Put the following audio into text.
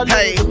Hey